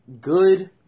good